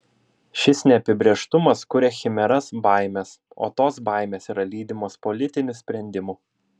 šis neapibrėžtumas kuria chimeras baimes o tos baimės yra lydimos politinių sprendimų